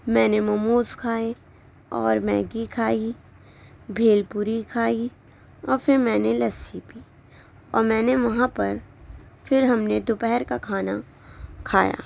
میں نے موموز کھائے اور میگی کھائی بھیل پوری کھائی اور پھر میں نے لسی پی اور میں نے وہاں پر پھر ہم نے دو پہر کا کھانا کھایا